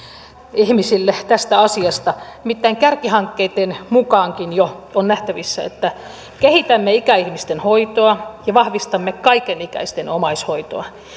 ihmisille tästä asiasta nimittäin kärkihankkeitten mukaankin jo on nähtävissä että kehitämme ikäihmisten hoitoa ja vahvistamme kaikenikäisten omaishoitoa